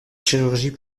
chirurgie